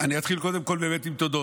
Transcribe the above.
אני אתחיל קודם כול עם התודות.